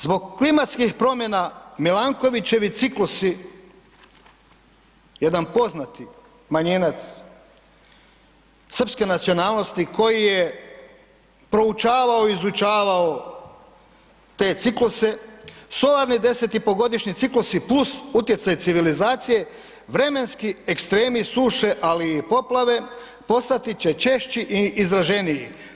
Zbog klimatskih promjena Milankovićevi ciklusi jedan poznati manjinac srpske nacionalnosti koji je proučavao i izučavao te cikluse, solarni deset i pol godišnji ciklusi plus utjecaj civilizacije vremenski ekstremi suše, ali i poplave postat će češći i izraženiji.